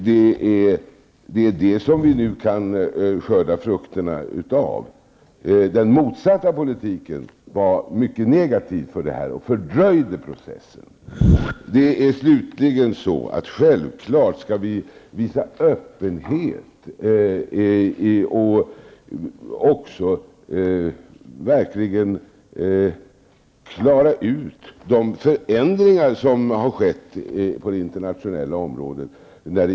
Det är det som vi nu kan skörda frukterna av. Den motsatta politiken var mycket negativ och fördröjde processen. Självfallet skall vi visa öppenhet när det gäller vår framtida politik och verkligen också klara ut de förändringar som har skett på det internationella området.